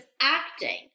acting